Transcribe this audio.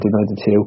1992